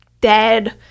dead